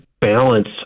balance